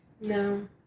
no